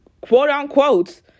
quote-unquote